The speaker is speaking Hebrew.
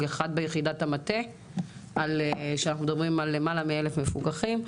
אחד ביחידת המטה כשאנחנו מדברים על למעלה מ-1,000 מפוקחים.